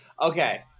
Okay